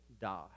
die